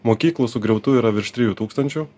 mokyklų sugriautų yra virš trijų tūkstančių